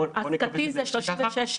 ובואו נקווה שזה יימשך כך.